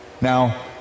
Now